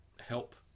help